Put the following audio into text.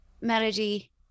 Melody